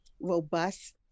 robust